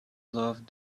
love